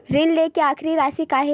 ऋण लेके आखिरी राशि का हे?